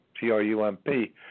T-R-U-M-P